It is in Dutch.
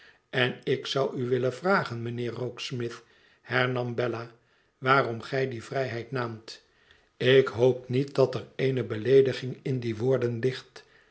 en ik zou u willen vragen mijnheer rokesmith hernam bella waarom gij die vrijheid naamt ik hoop niet dat er eene beleediging in die woorden ligt